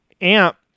amp